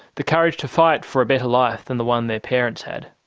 the courage to fight for a better life than the one their parents had.